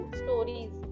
stories